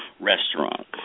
restaurant